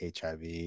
HIV